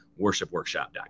worshipworkshop.com